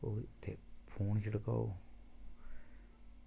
ओह् उत्थें फोन छड़काओ